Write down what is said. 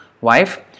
wife